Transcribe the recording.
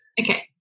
Okay